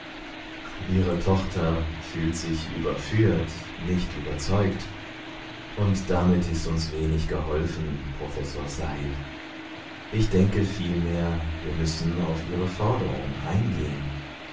ihre tochter fühlt sich überführt nicht überzeugt und damit ist uns wenig geholfen professor sahib ich denke vielmehr wir müssen auf ihre forderung eingehen